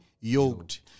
yoked